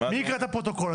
מי יקרא את הפרוטוקול?